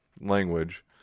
language